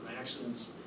accidents